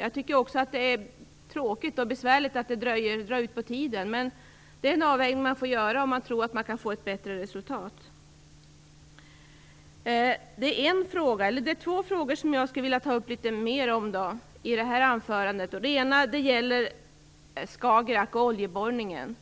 Jag tycker också att det är tråkigt och besvärligt att det drar ut på tiden, men det är en avvägning man får göra om man tror att man kan få ett bättre resultat. Det är två frågor som jag skulle vilja ta upp litet närmare i det här anförandet. Den ena gäller Skagerrak och oljeborrningen.